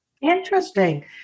Interesting